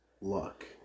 luck